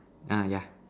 ah yeah